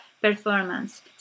performance